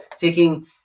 taking